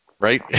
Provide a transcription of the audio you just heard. right